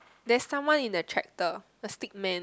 there's someone in the tractor the stickman